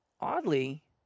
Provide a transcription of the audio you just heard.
Oddly